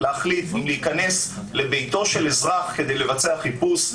להחליט אם להיכנס לביתו של אזרח כדי לבצע חיפוש,